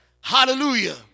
hallelujah